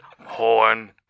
horn